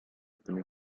também